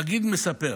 המגיד מספר